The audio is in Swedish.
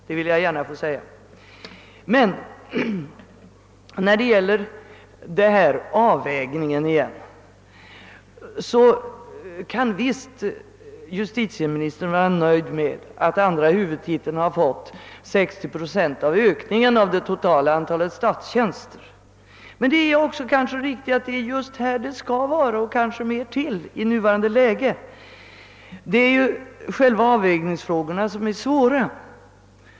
Låt mig emellertid när det gäller avvägningen säga, att visst kan justitieministern vara nöjd med att andra huvudtiteln har fått 60 procent av ökningen av det totala antalet statstjänster, men det är kanske riktigt att denna förstärkning — och mer därtill — görs just här i nuvarande läge. Det är själva avvägningen som är det svåra.